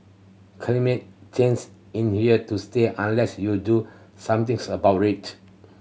climate change in here to stay unless you do something about it